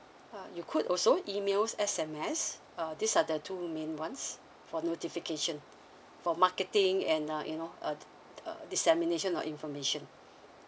uh you could also email S_M_S uh these are the two main ones for notification for marketing and uh you know uh dissemination or information